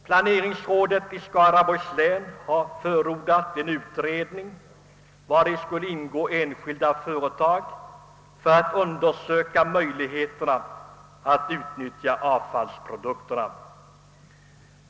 Planeringsrådet i Skaraborgs län har förordat en utredning, vari skulle ingå enskilda företag, för att undersöka möjligheterna att utnyttja avfallsprodukterna.